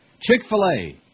Chick-fil-A